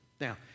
Now